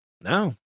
No